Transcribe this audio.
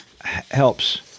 helps